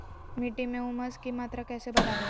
मिट्टी में ऊमस की मात्रा कैसे बदाबे?